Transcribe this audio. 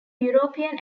european